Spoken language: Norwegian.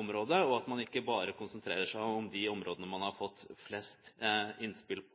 området, og at man ikke bare konsentrerer seg om de områdene man har fått flest innspill